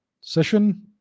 session